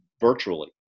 virtually